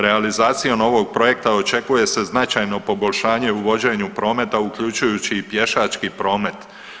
Realizacijom ovog projekta očekuje se značajno poboljšanje u vođenju prometa uključujući i pješački promet.